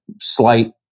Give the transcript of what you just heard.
slight